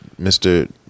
Mr